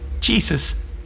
Jesus